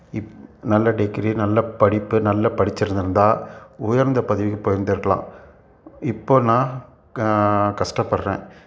இப் நல்லா டிகிரி நல்ல படிப்பு நல்லா படிச்சிருந்துருந்தா உயர்ந்த பதவிக்கு போயிருந்திருக்குலாம் இப்போது நான் கஷ்டப்படுறேன்